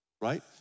right